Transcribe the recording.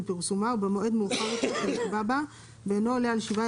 פרסומה או במועד מאוחר יותר שנקבע בה ואינו עולה על שבעה